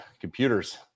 computers